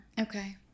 Okay